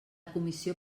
comissió